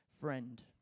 friend